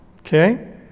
Okay